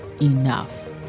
enough